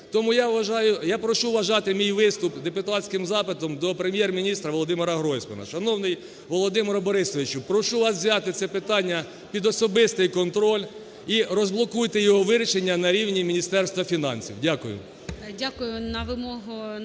я прошу вважати мій виступ депутатським запитом до Прем'єр-міністра Володимира Гройсмана. Шановний Володимире Борисовичу, прошу вас взяти це питання під особистий контроль і розблокуйте його вирішення на рівні Міністерства фінансів. Дякую.